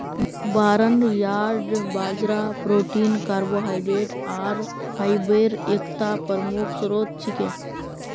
barnyard बाजरा protein carbohydrate आर fibre एकता प्रमुख स्रोत छिके